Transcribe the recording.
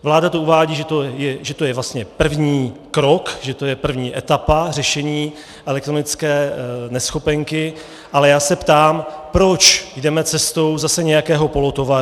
Vláda to uvádí, že to je vlastně první krok, že to je první etapa řešení elektronické neschopenky, ale já se ptám, proč jdeme cestou zase nějakého polotovaru.